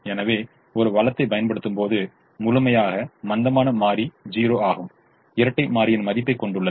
எனவே ஒரு வளத்தைப் பயன்படுத்தும்போது முழுமையாக மந்தமான மாறி 0 ஆகும் இரட்டை மாறியின் மதிப்பைக் கொண்டுள்ளது